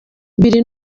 biri